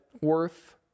worth